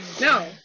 No